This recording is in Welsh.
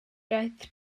daeth